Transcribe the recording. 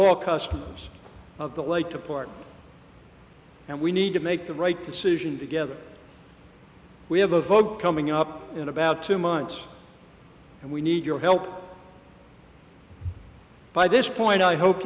all customers of the late to part and we need to make the right decision together we have a vote coming up in about two months and we need your help by this point i hope